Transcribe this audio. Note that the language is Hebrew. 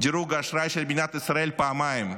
דירוג האשראי של מדינת ישראל פעמיים,